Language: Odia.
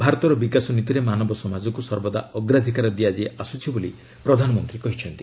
ଭାରତର ବିକାଶ ନୀତିରେ ମାନବ ସମାଜକୁ ସର୍ବଦା ଅଗ୍ରାଧିକାର ଦିଆଯାଇ ଆସ୍କୁଛି ବୋଲି ପ୍ରଧାନମନ୍ତ୍ରୀ କହିଚ୍ଛନ୍ତି